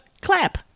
Clap